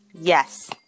Yes